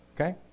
okay